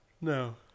No